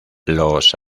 los